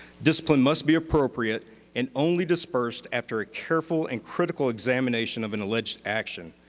discipline must be appropriate and only dispersed after a careful and critical examination of an alleged action,